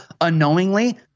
unknowingly